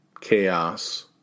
chaos